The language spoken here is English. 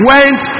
Went